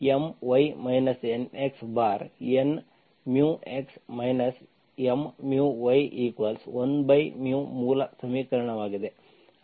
ಆದ್ದರಿಂದ ಈ My NxN μx M y1 ಮೂಲ ಸಮೀಕರಣವಾಗಿದೆ